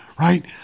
right